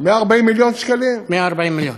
140 מיליון שקלים, 140 מיליון.